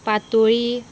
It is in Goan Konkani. पातोळी